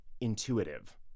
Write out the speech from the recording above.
intuitive